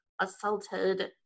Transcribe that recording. assaulted